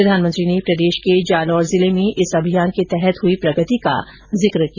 प्रधानमंत्री ने प्रदेश के जालोर जिले में इस अभियान के तहत हुई प्रगति का जिक किया